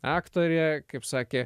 aktorė kaip sakė